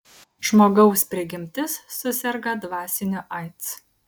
žmogaus prigimtis suserga dvasiniu aids